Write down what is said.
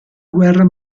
guerra